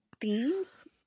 themes